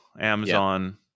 Amazon